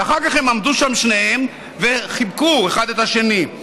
ואחר כך הם עמדו שם שניהם וחיבקו אחד את השני.